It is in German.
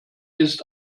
ist